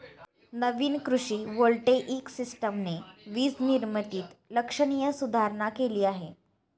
नवीन कृषी व्होल्टेइक सिस्टमने वीज निर्मितीत लक्षणीय सुधारणा केली आहे